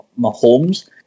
Mahomes